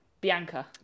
Bianca